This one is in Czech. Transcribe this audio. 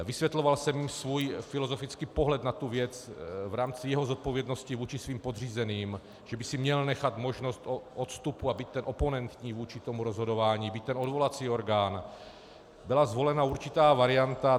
Vysvětloval jsem svůj filozofický pohled na tu věc v rámci jeho zodpovědnosti vůči svým podřízeným, že by si měl nechat možnost odstupu, aby i ten oponentní vůči tomu rozhodování i ten odvolací orgán, aby byla zvolena určitá varianta.